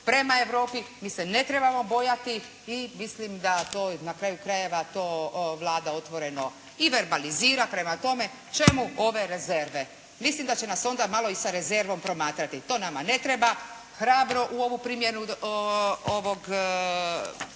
prema Europi mi se ne trebamo bojati i mislim da to na kraju krajeva to Vlada otvoreno i verbalizira. Prema tome, čemu ove rezerve. Mislim da će nas onda malo i sa rezervom promatrati. To nama ne treba. Hrabro u ovu primjenu